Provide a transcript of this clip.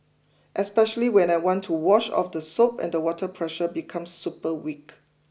especially when I want to wash off the soap and the water pressure becomes super weak